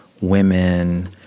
women